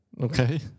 Okay